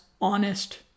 honest